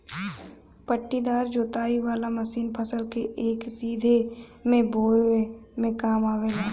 पट्टीदार जोताई वाला मशीन फसल के एक सीध में बोवे में काम आवेला